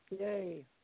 Yay